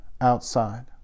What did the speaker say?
outside